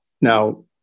Now